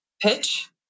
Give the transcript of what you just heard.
pitch